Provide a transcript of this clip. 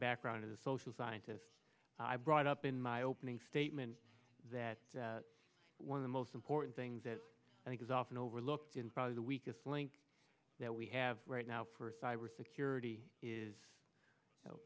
background as a social scientist i brought up in my opening statement that one of the most important things that i think is often overlooked in probably the weakest link that we have right now for cybersecurity is